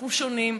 אנחנו שונים.